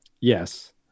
Yes